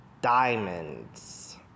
Diamonds